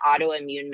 autoimmune